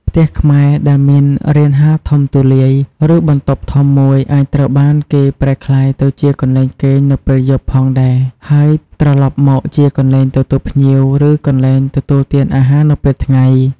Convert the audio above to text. ផ្ទះខ្មែរដែលមានរានហាលធំទូលាយ ឬបន្ទប់ធំមួយ អាចត្រូវបានគេប្រែក្លាយទៅជាកន្លែងគេងនៅពេលយប់ផងដែរ ហើយត្រឡប់មកជាកន្លែងទទួលភ្ញៀវ ឬកន្លែងទទួលទានអាហារនៅពេលថ្ងៃ។។